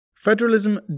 Federalism